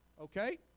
Okay